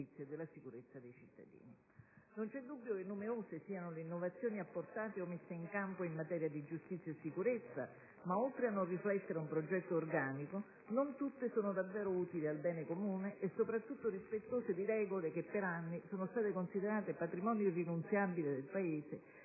Non vi è dubbio che numerose siano le innovazioni apportate o messe in campo in materia di giustizia e sicurezza ma, oltre a non riflettere un progetto organico, non tutte sono davvero utili al bene comune e soprattutto rispettose di regole che, per anni, sono state considerate patrimonio irrinunciabile del Paese